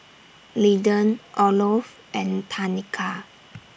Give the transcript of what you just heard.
Linden Olof and Tanika